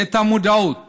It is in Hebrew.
את המודעות